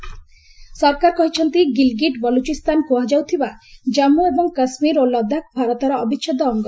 ଗିଲିଗିଟ୍ ବଲୁଚିସ୍ତାନ ସରକାର କହିଛନ୍ତି ଗିଲିଗିଟ୍ ବଲୁଚିସ୍ଥାନ କୁହାଯାଉଥିବା ଜାମ୍ମୁ ଏବଂ କାଶୁୀର ଓ ଲଦାଖ ଭାରତର ଅବିଚ୍ଛେଦ ଅଙ୍ଗ